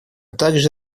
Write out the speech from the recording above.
также